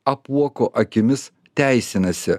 apuoko akimis teisinasi